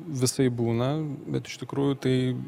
visaip būna bet iš tikrųjų tai